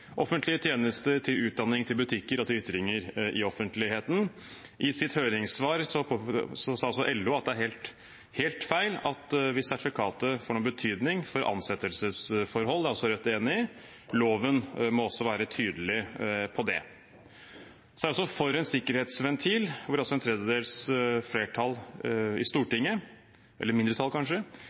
offentlige tjenester, til utdanning, til butikker og til ytringer i offentligheten. I sitt høringssvar sa også LO at det er helt feil hvis sertifikatet får noen betydning for ansettelsesforhold. Det er Rødt enig i. Loven må også være tydelig på det. Så er jeg for en sikkerhetsventil hvor en tredjedels mindretall i Stortinget